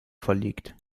verlegt